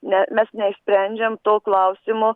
ne mes neišsprendžiam to klausimo